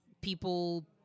people